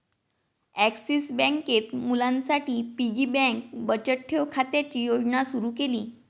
axis बँकेत मुलांसाठी piggy bank बचत ठेव खात्याची योजना सुरू केली